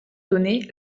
donner